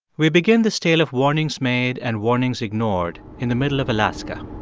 we begin this tale of warnings made and warnings ignored in the middle of alaska.